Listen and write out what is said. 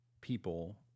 people